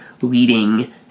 leading